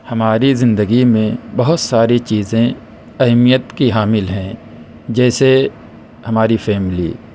ہماری زندگی میں بہت ساری چیزیں اہمیت کی حامل ہیں جیسے ہماری فیملی